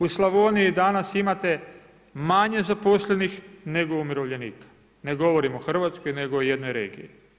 U Slavoniji danas imate manje zaposlenih nego umirovljenika, ne govorim o Hrvatskoj nego o jednoj regiji.